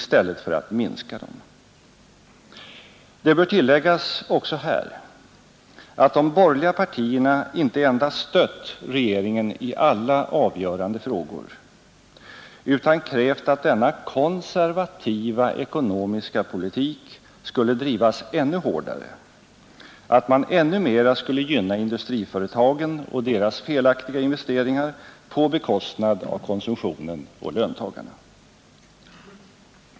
Det bör här också tilläggas att de borgerliga partierna inte endast har stött regeringen i alla avgörande frågor, utan också krävt att denna konservativa ekonomiska politik skulle drivas ännu hårdare, att man ännu mera skulle gynna industriföretagen och deras felaktiga investeringar på bekostnad av konsumtionen och löntagarna.